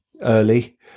early